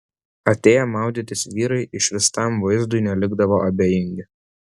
atėję maudytis vyrai išvystam vaizdui nelikdavo abejingi